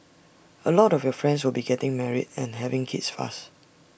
A lot of your friends will be getting married and having kids fast